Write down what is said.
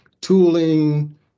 tooling